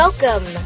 Welcome